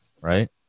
Right